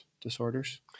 disorders